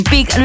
Big